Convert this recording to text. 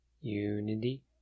Unity